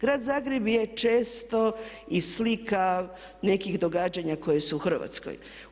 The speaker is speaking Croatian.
Grad Zagreb je često i slika nekih događanja koja su u Hrvatskoj.